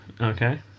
Okay